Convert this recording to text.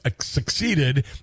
succeeded